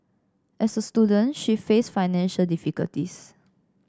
as a student she faced financial difficulties